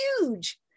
huge